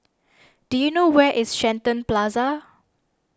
do you know where is Shenton Plaza